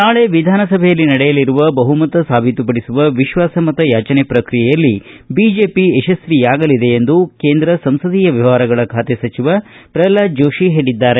ನಾಳೆ ವಿಧಾನಸಭೆಯಲ್ಲಿ ನಡೆಯಲಿರುವ ಬಹುಮತ ಸಾಬೀತುಪಡಿಸುವ ವಿಶ್ವಾಸ ಮತ ಯಾಚನೆ ಪ್ರಕ್ರಿಯೆಯಲ್ಲಿ ಬಿಜೆಪಿ ಯಶಸ್ತಿಯಾಗಲಿದೆ ಎಂದು ಕೇಂದ್ರ ಸಂಸದೀಯ ವ್ಯವಹಾರಗಳ ಖಾತೆ ಸಚಿವ ಪ್ರಲ್ವಾದ ಜೋಶಿ ಹೇಳಿದ್ದಾರೆ